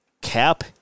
cap